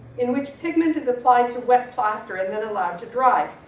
in which pigment is applied to wet plaster and then allowed to dry.